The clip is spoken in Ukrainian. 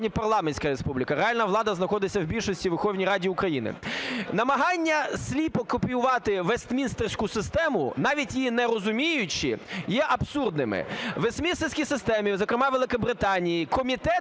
парламентська республіка – реальна влада знаходиться в більшості у Верховній Раді України. Намагання сліпо копіювати вестмінстерську систему, навіть її не розуміючи, є абсурдними. У вестмінстерській системі, зокрема у Великобританії, комітети